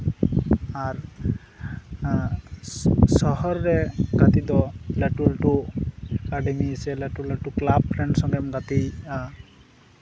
ᱟᱨ ᱥᱚᱦᱚᱨ ᱨᱮ ᱜᱟᱛᱮ ᱫᱚ ᱞᱟᱹᱴᱩ ᱞᱟᱹᱴᱩ ᱥᱮ ᱞᱟᱹᱴᱩ ᱞᱟᱹᱴᱩ ᱠᱞᱟᱵᱽ ᱨᱮᱱ ᱥᱚᱝᱜᱮᱢ ᱜᱟᱛᱮᱜᱼᱟ